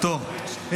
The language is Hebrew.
רבותיי,